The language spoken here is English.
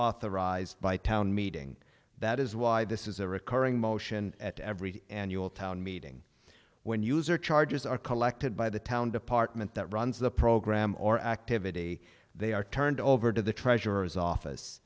reauthorized by town meeting that is why this is a recurring motion at every annual town meeting when user charges are collected by the town department that runs the program or activity they are turned over to the treasurer's office